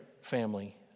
family